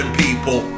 people